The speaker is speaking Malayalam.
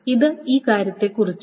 അത് ഈ കാര്യത്തെക്കുറിച്ചാണ്